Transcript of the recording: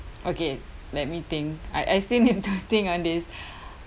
okay let me think I I still need to think on this